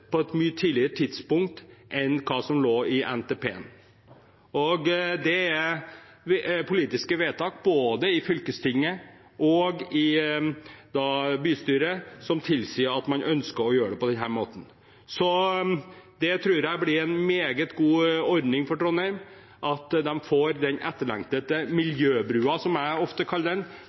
på et mye tidligere tidspunkt enn hva som lå i NTP. Det er politiske vedtak både i fylkestinget og i bystyret som tilsier at man ønsker å gjøre det på denne måten. Jeg tror det blir en meget god ordning for Trondheim at de får den etterlengtede miljøbrua, som jeg ofte kaller den,